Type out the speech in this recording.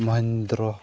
Mahindra